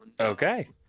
Okay